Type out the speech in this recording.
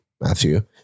Matthew